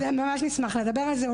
ממש נשמח לדבר על זה.